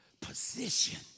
position